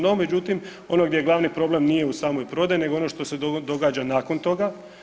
No, međutim ono gdje je glavni problem nije u samoj prodaji nego ono što se događa nakon toga.